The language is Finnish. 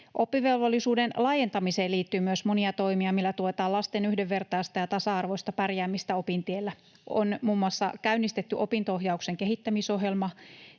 Oppivelvollisuuden laajentamiseen liittyy myös monia toimia, millä tuetaan lasten yhdenvertaista ja tasa-arvoista pärjäämistä opintiellä. On muun muassa käynnistetty opinto-ohjauksen kehittämisohjelma,